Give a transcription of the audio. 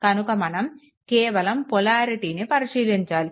కనుక మనం కేవలం పొలారిటీని పరిశీలించాలి